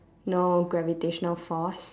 no gravitational force